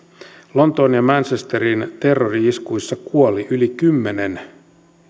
lontoon ja manchesterin terrori iskuissa kuoli yli kymmenen